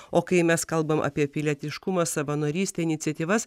o kai mes kalbam apie pilietiškumą savanorystę iniciatyvas